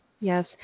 yes